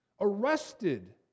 arrested